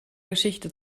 geschichte